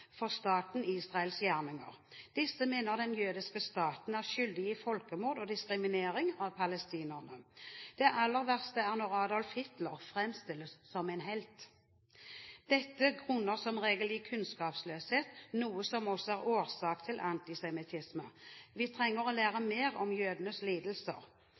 for staten Israels gjerninger. Disses mener den jødiske staten er skyldig i folkemord og diskriminering av palestinerne. Det aller verste er når Adolf Hitler fremstilles som en helt. Dette grunner som regel i kunnskapsløshet, noe som også er årsak til antisemittisme. Vi trenger å lære mer om jødenes lidelser.